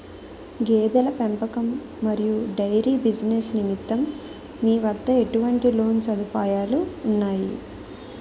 గేదెల పెంపకం మరియు డైరీ బిజినెస్ నిమిత్తం మీ వద్ద ఎటువంటి లోన్ సదుపాయాలు ఉన్నాయి?